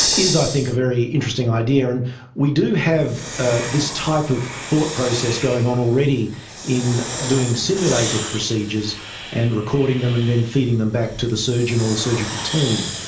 is i think a very interesting idea. and we do have ah this type of thought process going on already in doing simulated procedures and recording them and then feeding them back to the surgeon or the surgical team.